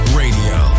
radio